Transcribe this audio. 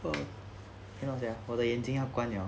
well you know that 我的眼睛要关 liao